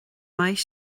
mbeidh